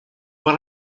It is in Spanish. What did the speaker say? fue